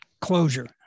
closure